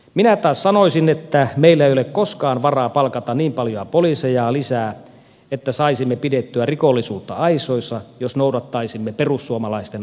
minä taas sanoisin että meillä ei ole koskaan varaa palkata niin paljon poliiseja lisää että saisimme pidettyä rikollisuutta aisoissa jos noudattaisimme perussuomalaisten alkoholipolitiikkaa